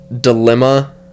Dilemma